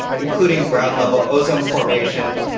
including ground level ozone formation,